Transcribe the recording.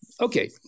Okay